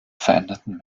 veränderten